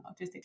autistic